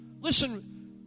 Listen